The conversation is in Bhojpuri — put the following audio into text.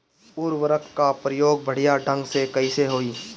उर्वरक क प्रयोग बढ़िया ढंग से कईसे होई?